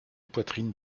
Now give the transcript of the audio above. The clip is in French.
poitrine